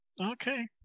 Okay